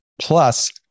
Plus